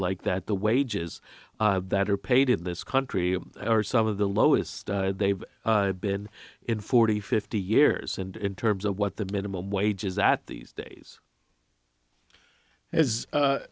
like that the wages that are paid in this country are some of the lowest they've been in forty fifty years and in terms of what the minimum wage is at these days as